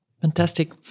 Fantastic